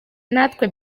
natwe